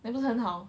then 不是很好